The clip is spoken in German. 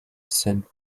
saint